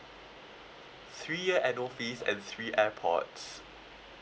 three year annual fees and three airpods